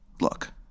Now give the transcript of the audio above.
look